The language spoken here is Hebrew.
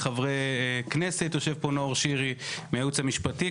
מחברי כנסת ומהייעוץ המשפטי,